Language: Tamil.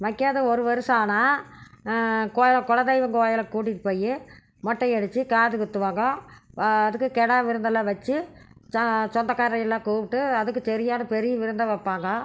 வைக்காது ஒரு வருஷம் ஆனால் குலதெய்வம் கோயிலில் கூட்டிகிட்டு போய் மொட்டை அடிச்சு காது குத்துவாங்க அதுக்கு கிடா விருந்தெல்லாம் வைச்சு சா சொந்தகாரரையெல்லாம் கூப்பிட்டு அதுக்கு தெரியாத பெரிய விருந்தாக வைப்பாங்க